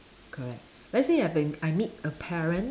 correct let's say I've been I meet a parent